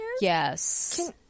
Yes